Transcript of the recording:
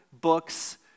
books